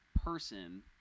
Person